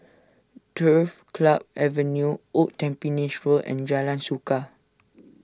Turf Club Avenue Old Tampines Road and Jalan Suka